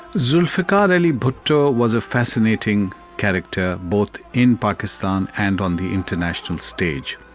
zulfikar ali bhutto was a fascinating character both in pakistan and on the international stage.